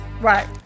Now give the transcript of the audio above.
right